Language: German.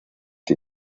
die